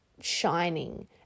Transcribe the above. shining